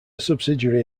subsidiary